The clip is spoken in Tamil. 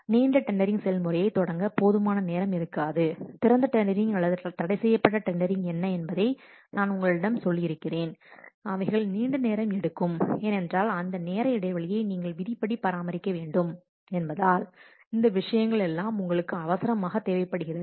நீண்ட டெண்டரிங் செயல்முறையைத் தொடங்க போதுமான நேரம் இருக்காது திறந்த டெண்டரிங் அல்லது தடைசெய்யப்பட்ட டெண்டரிங் என்ன என்பதை நான் உங்களிடம் சொல்லியிருக்கிறேன்அவைகள் நீண்ட நேரம் எடுக்கும் ஏனென்றால் அந்த நேர இடைவெளியை நீங்கள் விதிப்படி பராமரிக்க வேண்டும் என்பதால் இந்த விஷயங்கள் எல்லாம் உங்களுக்கு அவசரமாக தேவைப்படுகிறது